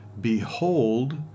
behold